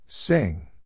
Sing